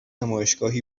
نمایشگاهی